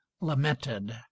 lamented